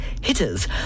hitters